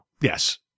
Yes